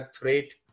rate